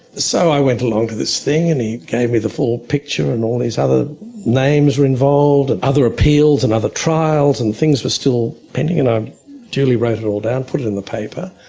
so i went along to this thing and he gave me the full picture and all these other names were involved, other appeals and other trials, and things were still pending, and i duly wrote it all down, put it in the paper.